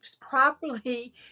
properly